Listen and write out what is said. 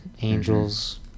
Angels